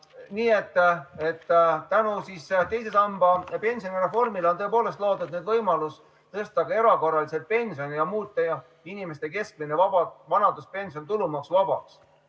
Nii et tänu teise samba pensioni reformile on tõepoolest loodud nüüd võimalus tõsta ka erakorraliselt pensioni ja muuta inimeste keskmine vanaduspension tulumaksuvabaks.